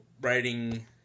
writing